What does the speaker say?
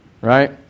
right